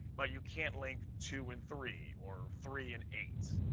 but you can't link two and three, or three and eight.